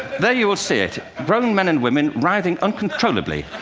there, you will see it. grown men and women writhing uncontrollably,